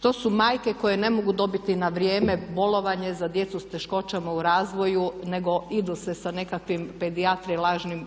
to su majke koje ne mogu dobiti na vrijeme bolovanje za djecu s teškoćama u razvoju nego idu sa nekakvim pedijatrima i lažnim bolovanjima